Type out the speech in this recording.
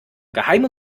geheime